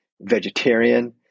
vegetarian